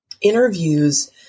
interviews